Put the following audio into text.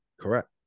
Correct